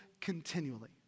continually